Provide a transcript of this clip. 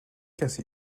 کسی